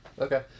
Okay